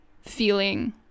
feeling